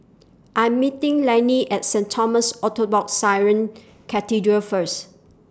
I'm meeting Lainey At Saint Thomas Orthodox Syrian Cathedral First